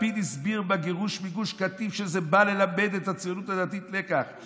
לפיד הסביר בגירוש מגוש קטיף שזה בא ללמד את הציונות הדתית לקח.